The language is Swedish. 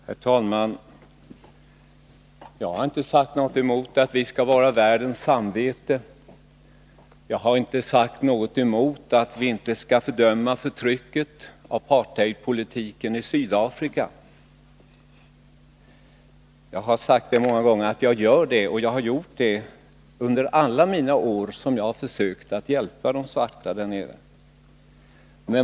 Herr talman! Jag har inte sagt något emot detta att vi skall vara världens samvete. Jag har inte heller sagt något emot att vi skall fördöma förtrycket och apartheidpolitiken i Sydafrika. Jag gör det och har gjort det under alla de år jag har försökt hjälpa de svarta där nere.